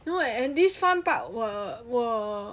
no eh and this fun part will will